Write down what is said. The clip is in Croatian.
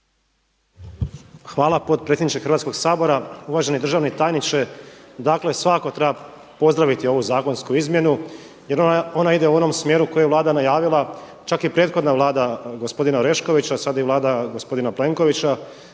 Hvala potpredsjedniče Hrvatskoga sabora. Uvaženi državni tajniče. Dakle svakako treba pozdraviti ovu zakonsku izmjenu jer ona ide u onom smjeru koji je Vlada najavila, čak i prethodna vlada gospodina Oreškovića, sada je Vlada gospodina Plenkovića